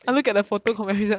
I I disabled